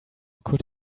could